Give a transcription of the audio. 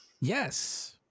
Yes